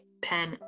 pen